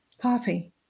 coffee